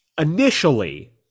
initially